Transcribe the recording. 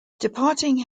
departing